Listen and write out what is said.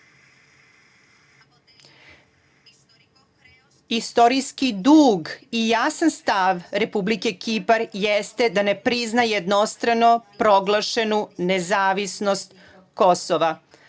Istorijski dug i jasan stav Republike Kipar jeste da ne priznaje jednostrano proglašenu nezavisnost Kosova